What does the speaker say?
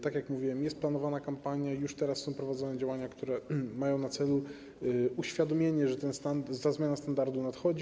Tak jak mówiłem, jest planowana kampania i już teraz są prowadzone działania, które mają na celu uświadomienie, że ten stan, ta zmiana standardu nadchodzi.